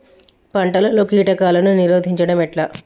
పంటలలో కీటకాలను నిరోధించడం ఎట్లా?